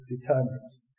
determines